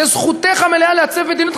זו זכותך המלאה לעצב מדיניות,